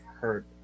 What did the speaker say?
hurt